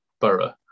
Borough